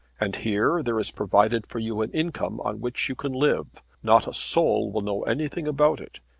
and here there is provided for you an income on which you can live. not a soul will know anything about it.